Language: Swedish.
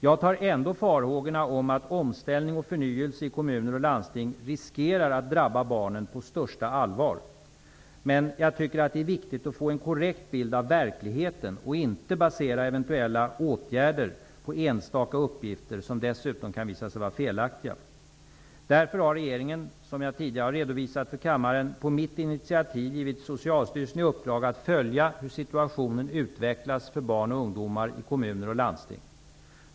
Jag tar ändå farhågorna om att omställning och förnyelse i kommuner och landsting riskerar att drabba barnen på största allvar. Men jag tycker att det är viktigt att få en korrekt bild av verkligheten och inte basera eventuella åtgärder på enstaka uppgifter, som dessutom kan visa sig vara felaktiga. Därför har regeringen, såsom jag tidigare har redovisat för kammaren, på mitt initiativ givit Socialstyrelsen i uppdrag att följa hur situationen utvecklas för barn och ungdomar i kommuner och landsting.